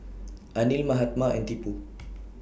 Anil Mahatma and Tipu